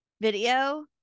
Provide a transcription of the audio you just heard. video